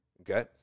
Okay